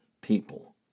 people